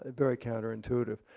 ah very counter intuitive.